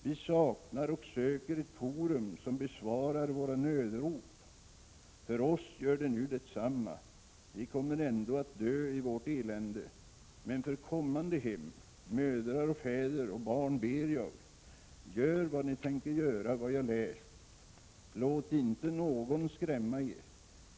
Vi saknar och söker ett forum, som besvarar våra nödrop. För oss gör det nu detsamma, vi kommer ändå att dö i vårt elände, men för kommande hem, mödrar och fäder och barn ber jag: Gör vad ni tänker göra enligt vad jag läst. Låt inte någon skrämma er.